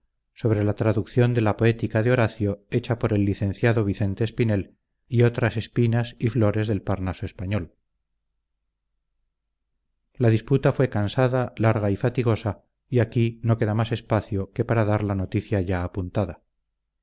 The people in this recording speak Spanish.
sobre la traducción de la poética de horacio hecha por el licenciado vicente espinel y otras espinas y flores del parnaso español la disputa fue cansada larga y fatigosa y aquí no queda más espacio que para dar la noticia ya apuntada